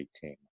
team